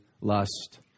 lust